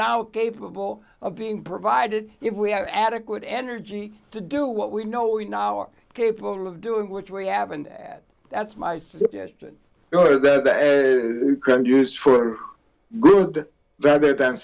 now capable of being provided if we have adequate energy to do what we know we now are capable of doing which we have and that's my suggestion could use for good rather than